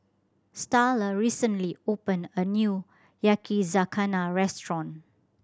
Starla recently opened a new Yakizakana Restaurant